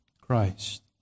Christ